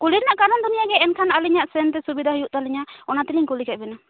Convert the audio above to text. ᱠᱩᱞᱤ ᱨᱮᱱᱟᱜ ᱠᱟᱨᱚᱱ ᱫᱚ ᱱᱤᱭᱟᱹ ᱜᱮ ᱮᱱᱠᱷᱟᱱ ᱟᱹᱞᱤᱧᱟᱜ ᱥᱮᱱᱛᱮ ᱥᱩᱵᱤᱫᱟ ᱦᱩᱭᱩᱜ ᱛᱟᱹᱞᱤᱧᱟ ᱚᱱᱟ ᱛᱮᱞᱤᱧ ᱠᱩᱞᱤ ᱠᱮᱫ ᱵᱮᱱᱟ